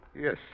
Yes